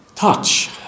Touch